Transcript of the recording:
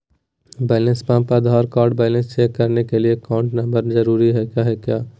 Balance pump Aadhaar card balance check करने के लिए अकाउंट नंबर जरूरी है क्या?